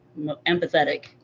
empathetic